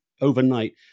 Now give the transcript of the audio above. overnight